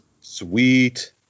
Sweet